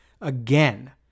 Again